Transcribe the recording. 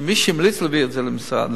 שמי שהמליץ להביא את זה לסל